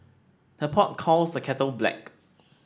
the pot calls the kettle black